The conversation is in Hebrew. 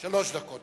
שלוש דקות.